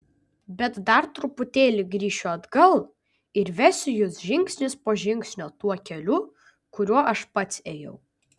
bet dabar truputėlį grįšiu atgal ir vesiu jus žingsnis po žingsnio tuo keliu kuriuo aš pats ėjau